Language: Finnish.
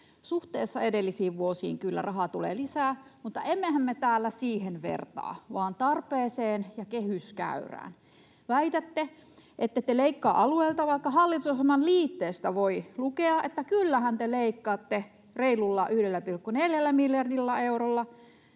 Suhteessa edellisiin vuosiin kyllä rahaa tulee lisää, mutta emmehän me täällä siihen vertaa, vaan tarpeeseen ja kehyskäyrään. Väitätte, ettette leikkaa alueilta, vaikka hallitusohjelman liitteestä voi lukea, että kyllähän te leikkaatte reilulla 1,4 miljardilla eurolla,